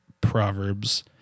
proverbs